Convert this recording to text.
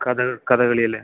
കഥകളിയല്ലേ